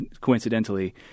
coincidentally